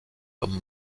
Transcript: comme